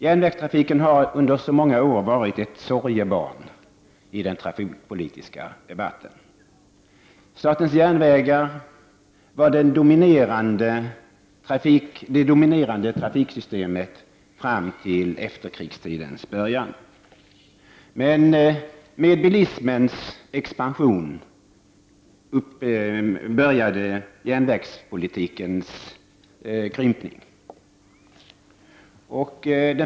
Järnvägstrafiken har under så många år varit ett sorgebarn i den trafikpolitiska debatten. Statens järnvägar var det dominerande trafiksystemet fram till efterkrigstidens början, men med bilismens expansion började järnvägstrafiken krympa.